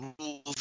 rules